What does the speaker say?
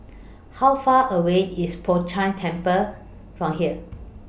How Far away IS Po Chiak Keng Temple from here